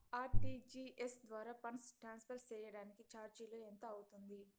RTGS ద్వారా funds transfer సేయడానికి చార్జీలు ఎంత అవుతుంది